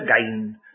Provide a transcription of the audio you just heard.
again